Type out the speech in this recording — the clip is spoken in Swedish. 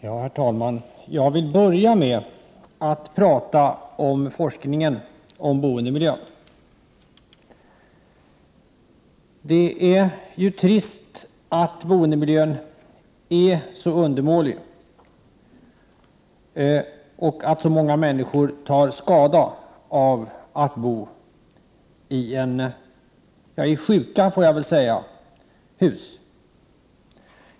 Herr talman! Jag vill börja med att tala om forskningen om boendemiljön. Det är trist att boendemiljön är så undermålig och att så många människor tar skada av att bo i, som jag väl får säga, sjuka hus.